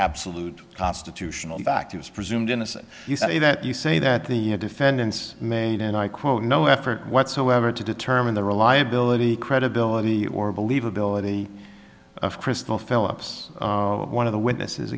absolute constitutional back to is presumed innocent you say that you say that the defendants made and i quote no effort whatsoever to determine the reliability credibility or believability of crystal philips one of the witnesses